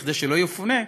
כדי שלא יפונה,